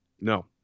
No